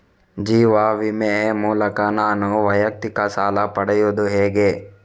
ಜೀವ ವಿಮೆ ಮೂಲಕ ನಾನು ವೈಯಕ್ತಿಕ ಸಾಲ ಪಡೆಯುದು ಹೇಗೆ?